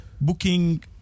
booking